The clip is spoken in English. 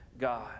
God